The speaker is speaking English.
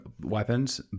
weapons